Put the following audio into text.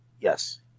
Yes